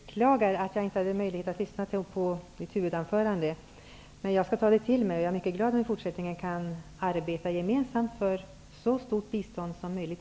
Herr talman! Jag beklagar att jag inte hade möjlighet att lyssna på Karl-Erik Svartbergs huvudanförande, men jag skall ta det till mig. Jag är mycket glad om vi i fortsättningen kan arbeta gemensamt för ett så stort bistånd som möjligt.